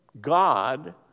God